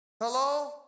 Hello